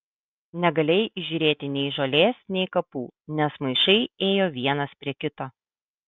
negalėjai įžiūrėti nei žolės nei kapų nes maišai ėjo vienas prie kito